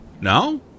no